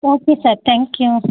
okay sir thank you